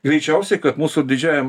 greičiausiai kad mūsų didžiajam